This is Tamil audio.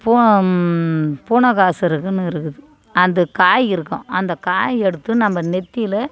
பூ பூனைகாசுருக்குனு இருக்குது அது காய் இருக்கும் அந்த காய் எடுத்து நம்ம நெத்தியில்